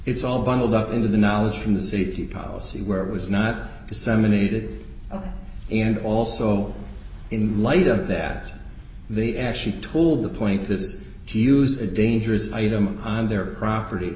it's all bundled up into the knowledge from the safety policy where it was not disseminated and also in light of that they actually told the point is to use a dangerous item on their property